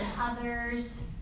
others